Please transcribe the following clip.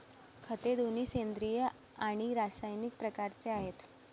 खते दोन्ही सेंद्रिय आणि रासायनिक प्रकारचे आहेत